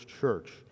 church